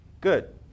good